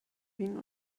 wien